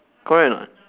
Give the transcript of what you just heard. correct or not